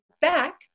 back